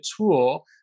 tool